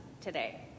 today